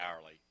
hourly